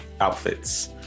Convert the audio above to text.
outfits